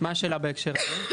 מהי השאלה בהקשר הזה?